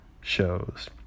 shows